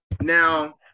Now